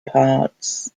parts